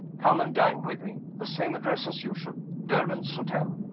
come and dine with me. the same address as usual derwent's hotel.